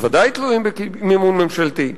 בוודאי תלויים במימון ממשלתי,